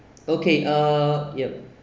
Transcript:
okay uh yup